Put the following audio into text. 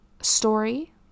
story